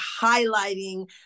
highlighting